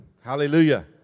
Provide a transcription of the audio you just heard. Hallelujah